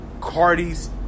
Cardi's